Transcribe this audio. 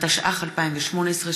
התשע"ח 2018,